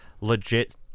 legit